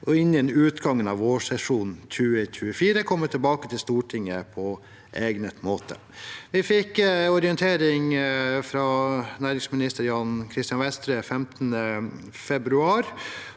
innen utgangen av vårsesjonen 2024 komme tilbake til Stortinget på egnet måte.» Vi fikk en orientering fra næringsminister Jan Christian Vestre den 15. februar.